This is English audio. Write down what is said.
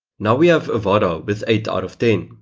now we have avada with eight sort of ten.